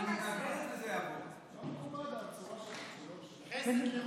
היא תאמר על התורה "שערורייה"?